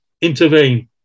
intervene